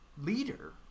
leader –